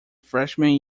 freshman